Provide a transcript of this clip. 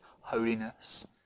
holiness